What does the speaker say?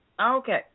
Okay